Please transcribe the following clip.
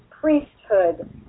priesthood